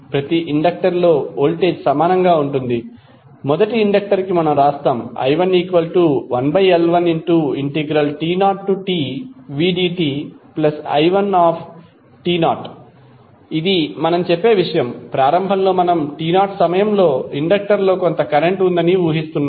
ప్రతి ఇండక్టర్లో వోల్టేజ్ సమానంగా ఉంటుంది మొదటి ఇండక్టర్ కి మనం వ్రాస్తాము i11L1t0tvdti1t0 ఇది మనం చెప్పే విషయం ప్రారంభంలో మనం t0 సమయంలో ఇండక్టర్లో కొంత కరెంట్ ఉందని ఊహిస్తున్నాము